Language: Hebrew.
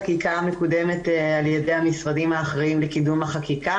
חקיקה מקודמת על ידי משרדים אחרים לקידום החקיקה.